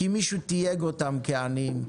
כי מישהו תייג אותם כעניים,